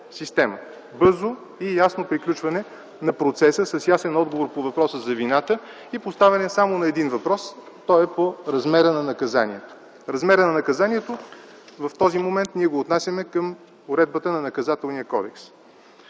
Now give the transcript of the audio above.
бързо и ясно приключване на процеса с ясен отговор по въпроса за вината и поставяне само на един въпрос – по размера на наказанието. Размерът на наказанието в този момент ние го отнасяме към уредбата на Наказателния кодекс.